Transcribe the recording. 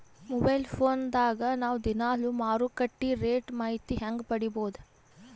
Mobile phone ದಾಗ ನಾವು ದಿನಾಲು ಮಾರುಕಟ್ಟೆ ರೇಟ್ ಮಾಹಿತಿ ಹೆಂಗ ಪಡಿಬಹುದು?